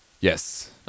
Yes